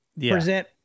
present